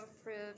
approved